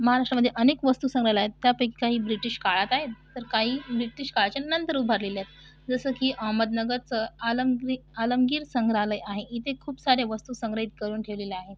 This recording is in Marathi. महाराष्ट्रामध्ये अनेक वस्तूसंग्रहालय आहेत त्यापैकी काही ब्रिटीशकाळात आहेत तर काही ब्रिटीशकाळाच्या नंतर उभारलेले आहेत जसं की अहमदनगरचं आलमगी आलमगीर संग्रहालय आहे इथे खूप सारे वस्तू संग्रहित करून ठेवलेले आहे